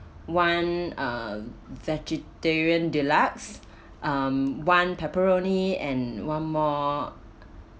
one uh vegetarian deluxe um one pepperoni and one more